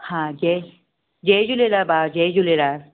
हा केरु जय झूलेलाल भाउ जय झूलेलाल